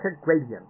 gradient